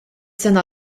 sena